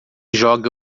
joga